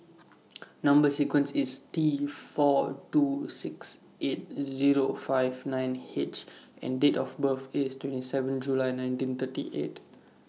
Number sequence IS T four two six eight Zero five nine H and Date of birth IS twenty seven July nineteen thirty eight